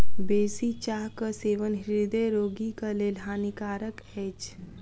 बेसी चाहक सेवन हृदय रोगीक लेल हानिकारक अछि